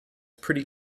pretty